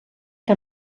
que